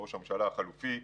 ראש הממשלה החלופי,